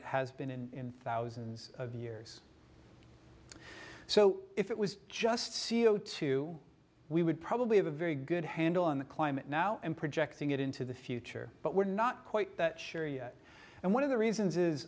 it has been in thousands of years so if it was just c o two we would probably have a very good handle on the climate now and projecting it into the future but we're not quite sure yet and one of the reasons